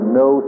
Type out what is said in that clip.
no